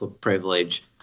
privilege